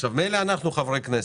אנחנו חברי כנסת,